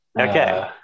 Okay